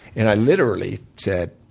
and i literally said,